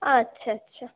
আচ্ছা আচ্ছা